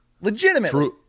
legitimately